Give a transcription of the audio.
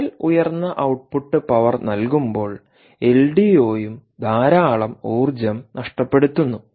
കൂടുതൽ ഉയർന്ന output power നൽകുമ്പോൾ എൽഡിഒയും ധാരാളം ഊർജ്ജം നഷ്ടപ്പെടുത്തുന്നു